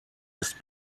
ist